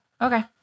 okay